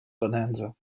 bonanza